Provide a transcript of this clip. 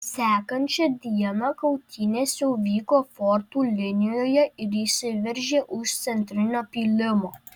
sekančią dieną kautynės jau vyko fortų linijoje ir įsiveržė už centrinio pylimo